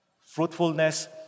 fruitfulness